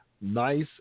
nice